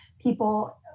people